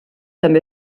també